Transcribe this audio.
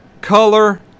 color